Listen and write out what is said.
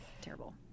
Terrible